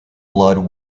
blood